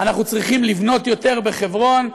אנחנו צריכים לבנות יותר בחברון.